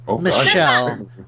Michelle